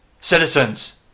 citizens